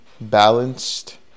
balanced